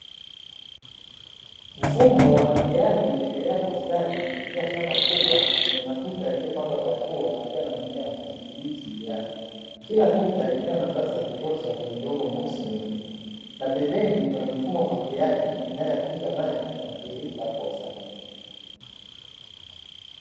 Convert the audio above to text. Mfumo wa umwagiliaji unaendelea kwa ustadi kupitia shamba kubwa lenye matuta yaliyopangwa kwa hatua yakiwa na mimea ya kijani kibichi juu yake, kila tuta likiwa na nafasi ya kutosha kwenye udongo mweusi wenye rutuba na pembeni kuna mifumo ya umwagiliaji inayohakikisha maji yanatiririka kwa usahihi.